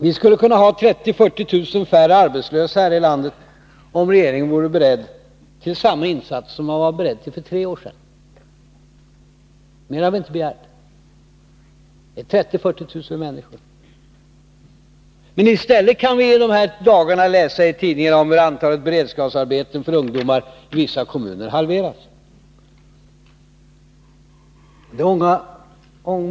Vi skulle kunna ha 30 000-40 000 färre arbetslösa här i landet, om regeringen vore beredd till samma insats som för tre år sedan. I stället kan vi i dessa dagar läsa i tidningarna om hur antalet beredskapsarbeten för ungdomar i vissa kommuner halveras.